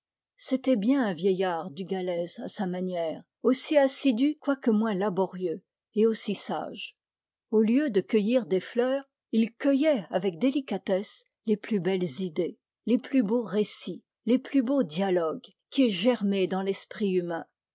c'était bien un vieillard du galése à sa manière aussi assidu quoique moins laborieux et aussi sage au lieu de cueillir des fleurs il cueillait avec délicatesse les plus belles idées les plus beaux récits les plus beaux dialogues qui aient germé dans l'esprit humain